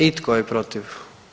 I tko je protiv?